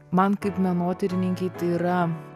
man kaip menotyrininkei tai yra